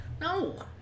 No